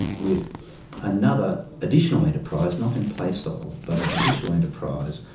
with another additional enterprise, not in place of, but an additional enterprise,